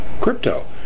crypto